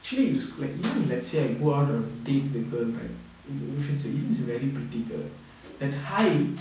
actually it's like you know let's say I go out on a date with the girl right if it's even very pretty girl the high